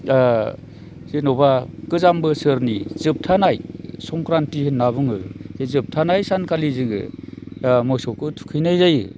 दा जेन'बा गोजाम बोसोरनि जोबथानाय संख्रान्थि होनना बुङो बे जोबथानाय सानखालि जोङो दा मोसौखौ थुखैनाय जायो